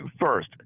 first